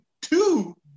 two